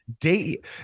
date